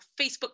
Facebook